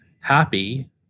happy